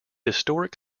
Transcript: historic